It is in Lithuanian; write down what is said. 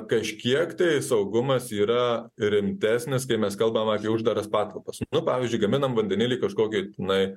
kažkiek tai saugumas yra rimtesnis kai mes kalbam apie uždaras patalpas nu pavyzdžiui gaminam vandenilį kažkokioj tenai